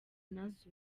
nazo